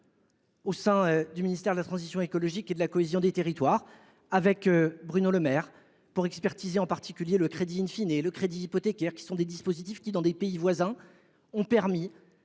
au sein du ministère de la transition écologique et de la cohésion des territoires, avec Bruno Le Maire, pour expertiser, en particulier, le crédit et le crédit hypothécaire, dispositifs qui, dans des pays voisins, ont permis